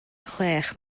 chwech